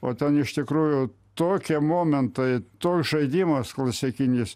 o ten iš tikrųjų tokie momentai toks žaidimas klasikinis